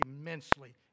immensely